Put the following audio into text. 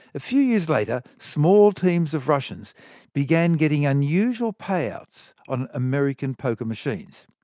a few years later, small teams of russians began getting unusual pay outs on american poker machines.